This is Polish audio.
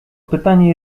pytanie